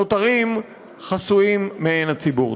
נותרים חסויים מעין הציבור.